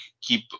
keep